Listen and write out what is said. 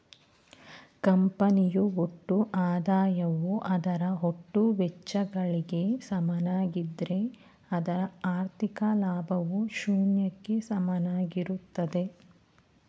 ಕಂಪನಿಯು ಒಟ್ಟು ಆದಾಯವು ಅದರ ಒಟ್ಟು ವೆಚ್ಚಗಳಿಗೆ ಸಮನಾಗಿದ್ದ್ರೆ ಅದರ ಹಾಥಿ೯ಕ ಲಾಭವು ಶೂನ್ಯಕ್ಕೆ ಸಮನಾಗಿರುತ್ತದೆ